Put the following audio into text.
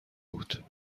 بود